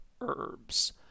herbs